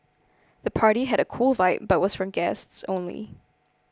the party had a cool vibe but was for guests only